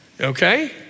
okay